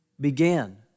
began